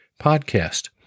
podcast